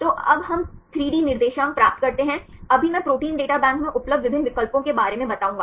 तो अब हम 3 डी निर्देशांक प्राप्त करते हैं अभी मैं प्रोटीन डेटा बैंक में उपलब्ध विभिन्न विकल्पों के बारे में बताऊंगा